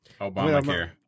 Obamacare